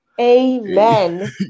amen